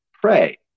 pray